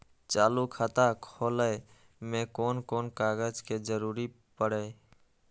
चालु खाता खोलय में कोन कोन कागज के जरूरी परैय?